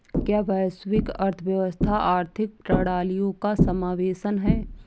क्या वैश्विक अर्थव्यवस्था आर्थिक प्रणालियों का समावेशन है?